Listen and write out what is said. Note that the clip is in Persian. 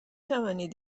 توانید